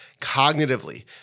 Cognitively